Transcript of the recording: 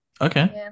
okay